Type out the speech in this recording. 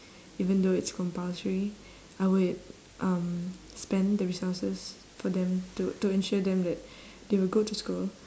even though it's compulsory I would um spend the resources for them to to ensure them that they will go to school